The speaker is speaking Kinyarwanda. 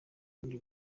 wundi